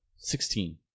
Sixteen